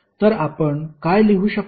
तर आपण आता काय लिहू शकतो